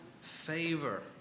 favor